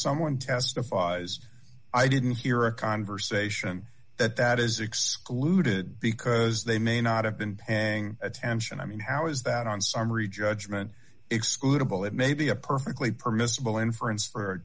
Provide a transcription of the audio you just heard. someone testifies i didn't hear a conversation that that is excluded because they may not have been paying attention i mean how is that on summary judgment excludable it may be a perfectly permissible inference for a